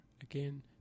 Again